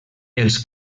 els